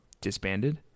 disbanded